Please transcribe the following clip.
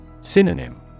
Synonym